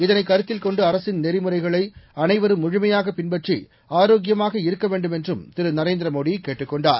இதனை கருத்தில் கொண்டு அரசின் நெறிமுறைகளை அனைவரும் முழுமையாக பின்பற்றி ஆரோக்கியமாக இருக்க வேன்டுமென்றும் திரு நரேந்திரமோடி கேட்டுக் கொண்டார்